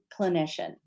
clinician